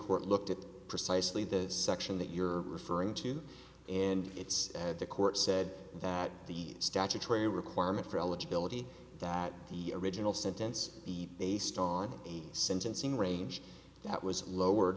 court looked at precisely the section that you're referring to and it's the court said that the statutory requirement for eligibility that the original sentence be based on a sentencing range that was lowered